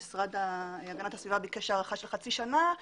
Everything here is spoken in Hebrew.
המשרד להגנת הסביבה ביקש הארכה של חצי שנה,